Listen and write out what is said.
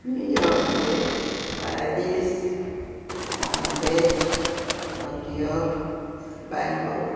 New York Paris Bombay Tokyo Bangalore